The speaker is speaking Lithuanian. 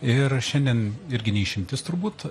ir šiandien irgi ne išimtis turbūt